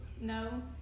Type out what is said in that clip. No